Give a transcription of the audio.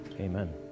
Amen